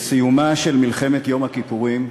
בסיומה של מלחמת יום הכיפורים,